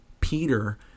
Peter